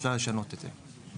אפשר לשנות את זה.